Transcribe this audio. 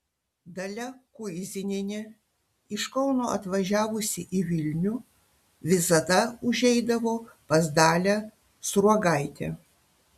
dalia kuizinienė iš kauno atvažiavusi į vilnių visada užeidavo pas dalią sruogaitę